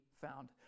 found